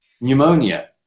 pneumonia